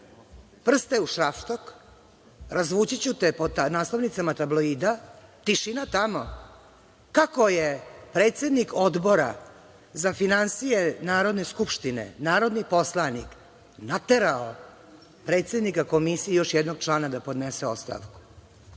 Prste u šrafštok, razvući ću te po naslovnicama tabloida, tišina tamo, kako je predsednik Odbora za finansije Narodne skupštine, narodni poslanik, naterao predsednika Komisije i još jednog člana da podnese